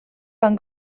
d’un